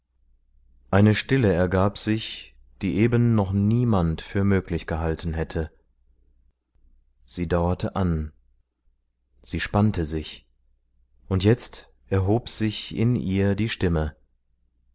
eine stille ergab sich die eben noch niemand für möglich gehalten hätte sie dauerte an sie spannte sich und jetzt erhob sich in ihr die stimme